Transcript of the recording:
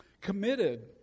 Committed